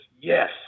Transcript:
yes